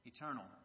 Eternal